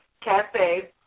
Cafe